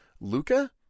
Luca